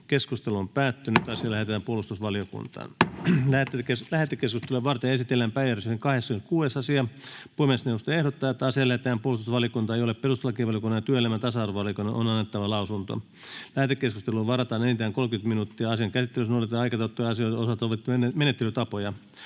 asepalveluksesta Time: N/A Content: Lähetekeskustelua varten esitellään päiväjärjestyksen 26. asia. Puhemiesneuvosto ehdottaa, että asia lähetetään puolustusvaliokuntaan, jolle perustuslakivaliokunnan ja työelämä- ja tasa-arvovaliokunnan on annettava lausunto. Lähetekeskusteluun varataan enintään 30 minuuttia. Asian käsittelyssä noudatetaan aikataulutettujen asioiden osalta sovittuja menettelytapoja.